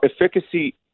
efficacy